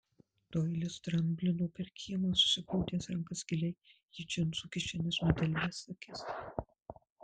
doilis dramblino per kiemą susigrūdęs rankas giliai į džinsų kišenes nudelbęs akis